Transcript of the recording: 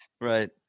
right